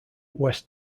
west